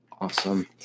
awesome